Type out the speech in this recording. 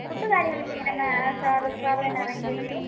food കാര്യങ്ങൾ ഒക്കെ എങ്ങനെ സർ തന്നെ അറേഞ്ച് ചെയ്ത് താരോ